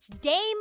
Dame